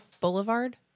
Boulevard